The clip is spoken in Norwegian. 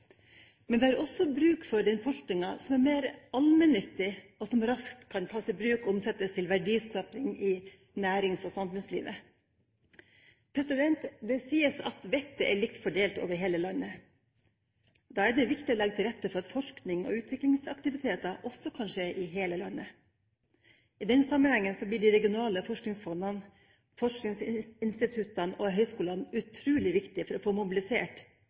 Men vi har også bruk for den forskningen som er mer allmennyttig, og som raskt kan tas i bruk og omsettes til verdiskaping i nærings- og samfunnslivet. Det sies at vettet er likt fordelt over hele landet. Da er det viktig å legge til rette for at forsknings- og utviklingsaktiviteter også kan skje i hele landet. I den sammenhengen blir de regionale forskningsfondene, forskningsinstituttene og høyskolene utrolig viktige for å få mobilisert